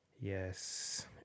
yes